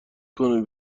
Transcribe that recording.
کنه